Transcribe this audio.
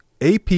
AP